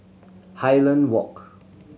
Highland Walk